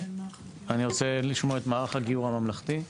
אני רוצה לשמוע את מערך הגיור הממלכתי.